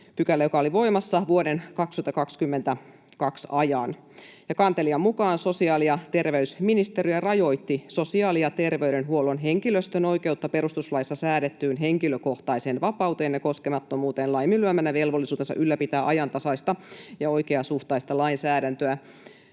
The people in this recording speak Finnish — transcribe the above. §:ään, joka oli voimassa vuoden 2022 ajan. Kantelijan mukaan sosiaali- ja terveysministeriö rajoitti sosiaali- ja terveydenhuollon henkilöstön oikeutta perustuslaissa säädettyyn henkilökohtaiseen vapauteen ja koskemattomuuteen laiminlyömällä velvollisuutensa ylläpitää ajantasaista ja oikeasuhtaista lainsäädäntöä.